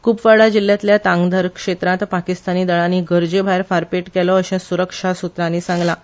कपवाडा जिल्ल्यातल्या तांगधर क्षेत्रांत पाकिस्तानी दळांनी गरजे भायर फारपेट केलो असे स्रक्षा स्त्रांनी सांगलां